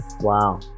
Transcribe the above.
Wow